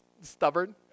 Stubborn